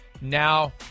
now